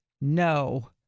no